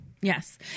Yes